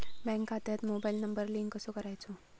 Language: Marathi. बँक खात्यात मोबाईल नंबर लिंक कसो करायचो?